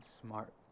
smart